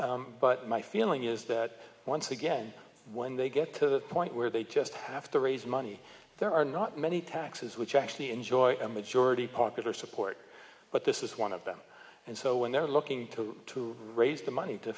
but my feeling is that once again when they get to the point where they just have to raise money there are not many taxes which actually enjoy a majority popular support but this is one of them and so when they're looking to to raise the money to